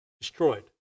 destroyed